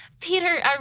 Peter